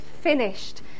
finished